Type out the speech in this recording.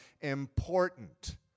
important